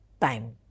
time